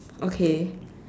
okay